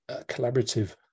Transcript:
collaborative